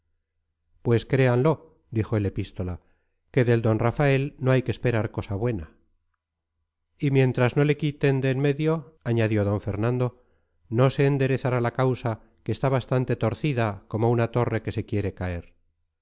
pues créanlo dijo el epístola que del d rafael no hay que esperar cosa buena y mientras no le quiten de en medio añadió d fernando no se enderezará la causa que está bastante torcida como una torre que se quiere caer